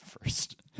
first